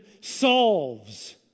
solves